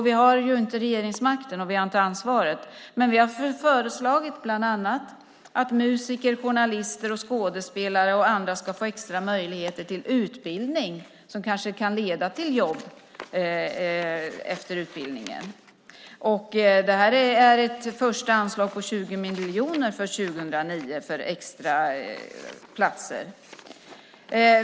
Vi har inte regeringsmakten eller ansvaret, men vi har föreslagit bland annat att musiker, journalister, skådespelare och andra ska få extra möjligheter till utbildning som efteråt kanske kan leda till jobb. Det här är ett första anslag på 20 miljoner för 2009 för extra platser.